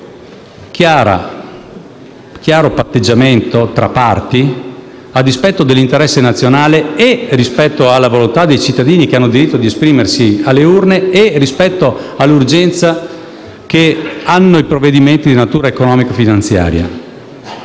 chiaro patteggiamento tra parti a dispetto dell'interesse nazionale sia rispetto alla volontà dei cittadini che hanno diritto di esprimersi alle urne sia rispetto all'urgenza che hanno i provvedimenti di natura economica e finanziaria.